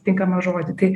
tinkamą žodį tai